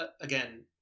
again